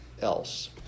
else